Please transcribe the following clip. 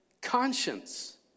conscience